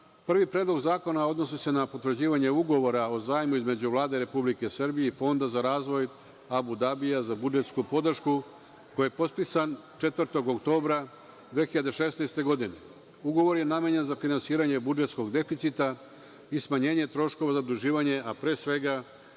prvi predlog zakona odnosi se na potvrđivanje Ugovora o zajmu između Vlade Republike Srbije i Fonda za razvoj Abu Dabija za budžetsku podršku koji je potpisan 4. oktobra 2016. godine. Ugovor je namenjen za finansiranje budžetskog deficita i smanjenje troškova zaduživanja, a pre svega